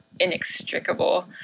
inextricable